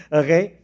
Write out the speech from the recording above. okay